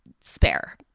Spare